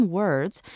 words